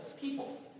people